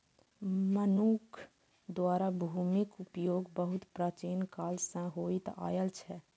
मनुक्ख द्वारा भूमिक उपयोग बहुत प्राचीन काल सं होइत आयल छै